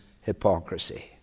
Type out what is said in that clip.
hypocrisy